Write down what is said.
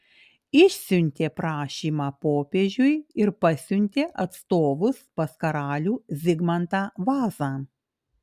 išsiuntė prašymą popiežiui ir pasiuntė atstovus pas karalių zigmantą vazą